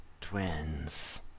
Twins